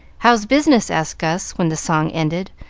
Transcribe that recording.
how's business? asked gus, when the song ended,